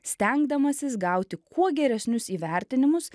stengdamasis gauti kuo geresnius įvertinimus